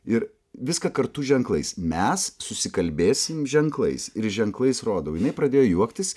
ir viską kartu ženklais mes susikalbėsim ženklais ir ženklais rodau jinai pradėjo juoktis